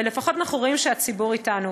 ולפחות אנחנו רואים שהציבור אתנו.